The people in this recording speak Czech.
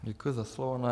Děkuji za slovo.